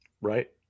Right